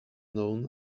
known